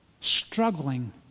struggling